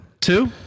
two